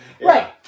right